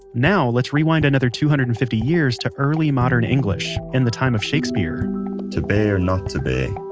now let's rewind another two hundred and fifty years to early modern english and the time of shakespeare shakespeare to be or not to be,